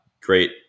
great